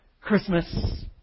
Christmas